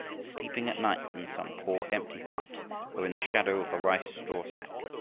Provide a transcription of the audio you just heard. sleeping at night in some poor empty hut or in the shadow of a rice strawstack,